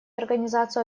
организацию